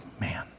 man